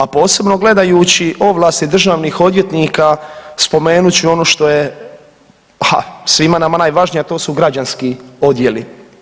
A posebno gledajući ovlasti državnih odvjetnika spomenut ću ono što je ah svima nama najvažnije, a to su građanski odjeli.